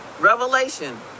Revelation